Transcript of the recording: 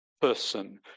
person